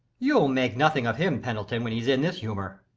you'u make nothing of him, pendle ton, when he's in this humour.